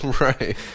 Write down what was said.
Right